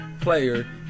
player